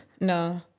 No